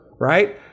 right